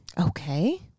Okay